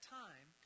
time